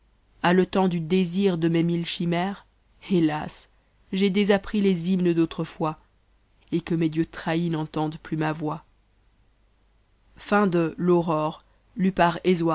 etant du désir de mes mille cmmeres hélas j'ai désappris les hymnes d'autrefois et que mes dieux trahis n'entendent plus ma voix